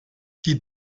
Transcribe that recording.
die